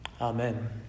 Amen